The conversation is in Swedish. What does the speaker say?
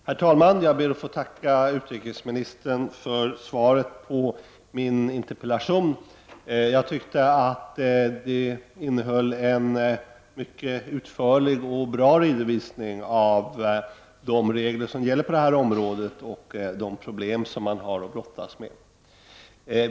Herr talman! Jag ber att få tacka utrikesministern för svaret på min interpellation. Det innehöll en mycket utförlig och bra redovisning av de regler som gäller på det här området och de problem som man har att brottas med.